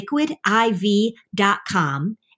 liquidiv.com